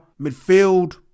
midfield